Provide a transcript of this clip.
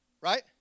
right